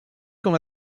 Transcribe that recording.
comme